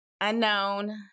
unknown